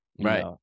right